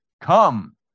come